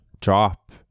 drop